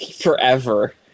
forever